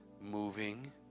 moving